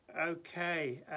okay